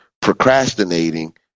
procrastinating